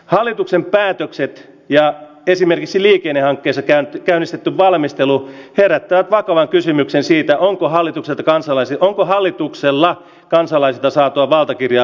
hallituksen päätökset ja esimerkisi liukenee on käsitelty käynnistetty valmistelu herättää vakavan kysymyksen siitä onko hallituksen kansalaisen onko hallituksella kansalaisten saatua valtakirja